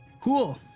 Cool